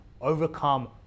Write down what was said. overcome